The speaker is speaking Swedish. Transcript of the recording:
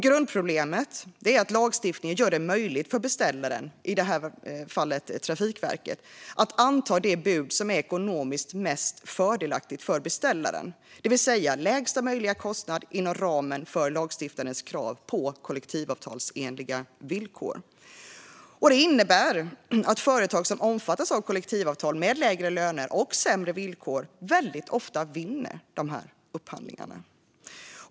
Grundproblemet är att lagstiftningen gör det möjligt för beställaren, i detta fall Trafikverket, att anta det anbud som är ekonomiskt mest fördelaktigt för beställaren - det vill säga lägsta möjliga kostnad inom ramen för lagstiftningens krav på kollektivavtalsenliga villkor. Det innebär att företag som omfattas av kollektivavtal med lägre löner och sämre villkor väldigt ofta vinner upphandlingar.